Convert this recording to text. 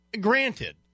Granted